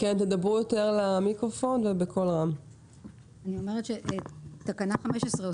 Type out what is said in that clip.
להחליף לדלק דל גופרית שאחוז הגופרית בו הוא 0.1%. בתקנת משנה